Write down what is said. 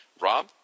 Rob